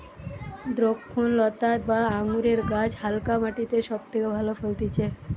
দ্রক্ষলতা বা আঙুরের গাছ হালকা মাটিতে সব থেকে ভালো ফলতিছে